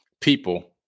people